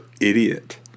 idiot